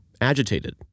agitated